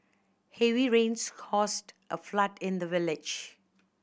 heavy rains caused a flood in the village